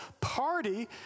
party